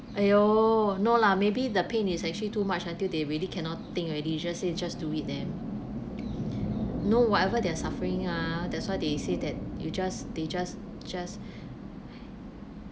!aiyo! no lah maybe the pain is actually too much until they really cannot think already just say just do it then no whatever their suffering ah that's why they say that you just they just just